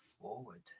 forward